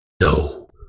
No